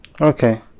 Okay